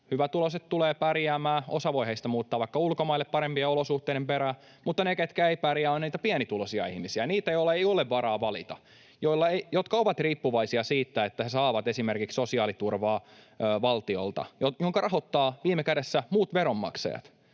hyvätuloiset tulevat pärjäämään — osa heistä voi muuttaa vaikka ulkomaille parempien olosuhteiden perään — mutta ne, ketkä eivät pärjää, ovat niitä pienituloisia ihmisiä, niitä, joilla ei ole varaa valita, jotka ovat riippuvaisia siitä, että he saavat esimerkiksi valtiolta sosiaaliturvaa, jonka rahoittavat viime kädessä muut veronmaksajat.